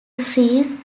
freeze